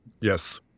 Yes